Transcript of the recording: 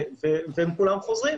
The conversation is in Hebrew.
כולם חוזרים.